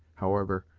however,